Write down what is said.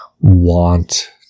want